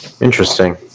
Interesting